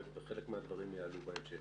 וחלק מהדברים יעלו בהמשך.